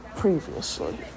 Previously